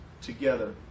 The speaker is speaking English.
together